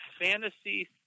fantasy